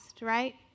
right